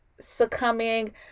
succumbing